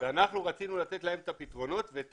אנחנו רצינו לתת להם את הפתרונות ואת